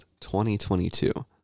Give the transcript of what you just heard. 2022